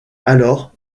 alors